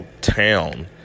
town